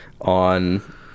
on